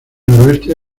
noroeste